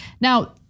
Now